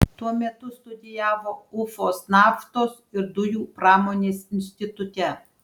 tuo metu studijavo ufos naftos ir dujų pramonės institute